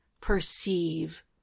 perceive